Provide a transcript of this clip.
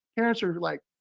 parents are like,